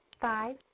Five